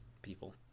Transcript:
People